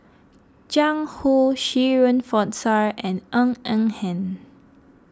Jiang Hu Shirin Fozdar and Ng Eng Hen